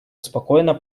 спокойно